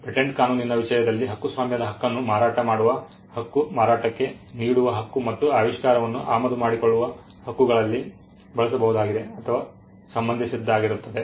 patent ಕಾನೂನಿನ ವಿಷಯದಲ್ಲಿ ಹಕ್ಕುಸ್ವಾಮ್ಯದ ಹಕ್ಕನ್ನು ಮಾರಾಟ ಮಾಡುವ ಹಕ್ಕು ಮಾರಾಟಕ್ಕೆ ನೀಡುವ ಹಕ್ಕು ಮತ್ತು ಆವಿಷ್ಕಾರವನ್ನು ಆಮದು ಮಾಡಿಕೊಳ್ಳುವ ಹಕ್ಕುಗಳಗಳಲ್ಲಿ ಬಳಸಬಹುದಾಗಿದೆ ಅಥವಾ ಸಂಬಂಧಿಸಿದ್ದಾಗಿರುತ್ತದೆ